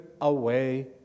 away